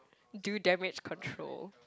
do damage control